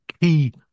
key